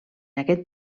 aquest